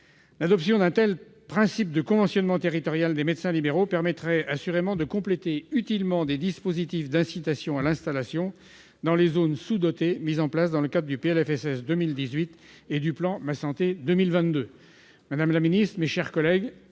L'adoption d'un tel principe de conventionnement territorial des médecins libéraux permettrait de compléter utilement des dispositifs d'incitation à l'installation dans les zones sous-dotées, mis en place dans le cadre du projet de loi de financement